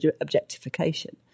objectification